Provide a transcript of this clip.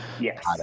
Yes